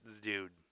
dude